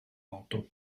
moto